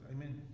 amen